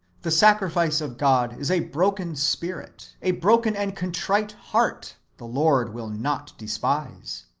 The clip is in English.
the sacrifice of god is a broken spirit a broken and contrite heart the lord will not despise.